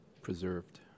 preserved